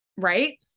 Right